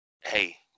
Hey